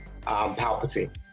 palpatine